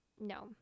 no